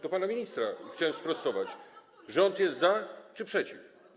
Do pana ministra: chciałem sprostować, czy rząd jest za, czy przeciw?